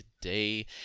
today